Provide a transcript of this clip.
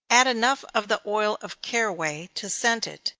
add enough of the oil of caraway to scent it.